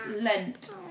lent